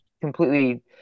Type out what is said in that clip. completely